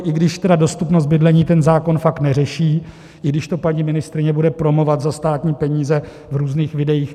I když tedy dostupnost bydlení ten zákon fakt neřeší, i když to paní ministryně bude promovat za státní peníze v různých videích.